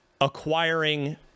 acquiring